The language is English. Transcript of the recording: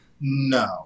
No